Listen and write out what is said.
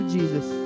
Jesus